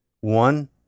one